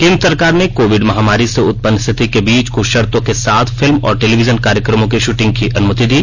केन्द्र सरकार ने कोविड महामारी से उत्पन्न स्थिति के बीच कुछ शर्तो के साथ फिल्म और टेलीविजन कार्यक्रमों की शूटिंग की अनुमति दी